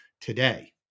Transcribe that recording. today